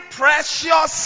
precious